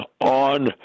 on